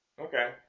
Okay